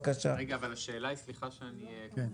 סליחה,